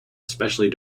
especially